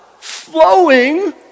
flowing